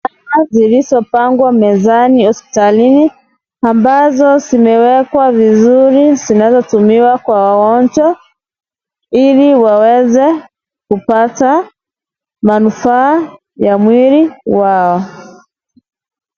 Madawa zilizopangwa mezani hospitalini ambazo zimewekwa vizuri zinaweza tumiwa kwa wagonjwa ili waweze kupata manufaa wa mwili wao.